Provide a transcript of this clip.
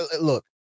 look